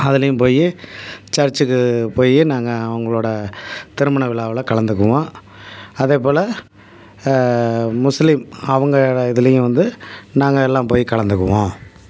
அதுலேயும் போய் சர்ச்சுக்கு போய் நாங்கள் அவங்களோட திருமண விழாவுல கலந்துக்குவோம் அதேபோல் முஸ்லீம் அவங்க இதுலேயும் வந்து நாங்கள் எல்லாம் போய் கலந்துக்குவோம்